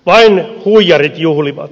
vain huijarit juhlivat